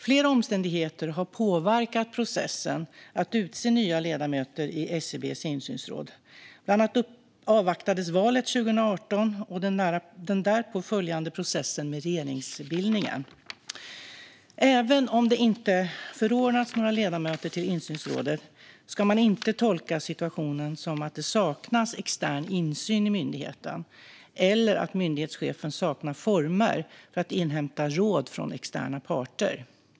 Flera omständigheter har påverkat processen att utse nya ledamöter i SCB:s insynsråd. Bland annat avvaktades valet 2018 och den därpå följande processen med regeringsbildningen. Även om det inte förordnats några ledamöter till insynsrådet ska man inte tolka situationen som att det saknas extern insyn i myndigheten eller att myndighetschefen saknar former för att inhämta råd från externa parter.